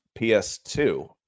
PS2